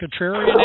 Contrarian